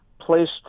placed